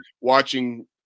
Watching